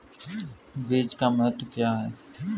बीज का महत्व क्या है?